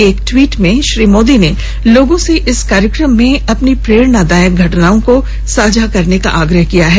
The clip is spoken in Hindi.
एक ट्वीट में श्री मोदी ने लोगों से इस कार्यक्रम में अपनी प्रेरणादायक घटनाओं को साझा करने का आग्रह किया है